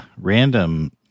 random